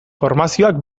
formazioak